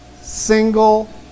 single